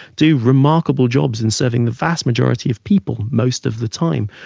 do remarkable jobs in serving the vast majority of people most of the time.